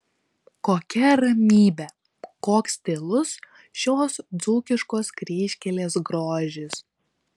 kokia ramybė koks tylus šios dzūkiškos kryžkelės grožis